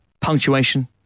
Punctuation